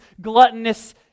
gluttonous